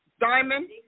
diamond